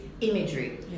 imagery